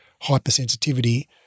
hypersensitivity